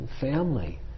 family